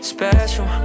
Special